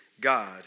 God